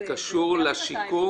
זה יותר מ-200 מיליון.